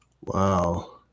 Wow